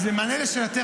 אז במענה לשאלתך,